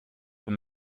wenn